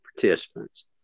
participants